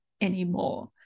anymore